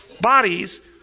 bodies